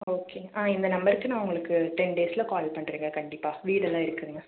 okay ஆ இந்த நம்பருக்கு நான் உங்களுக்கு டென் டேஸில் கால் பண்ணுறேங்க கண்டிப்பாக வீடெல்லாம் இருக்குதுங்க